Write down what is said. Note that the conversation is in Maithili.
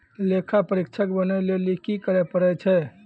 लेखा परीक्षक बनै लेली कि करै पड़ै छै?